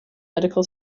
medical